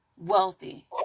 wealthy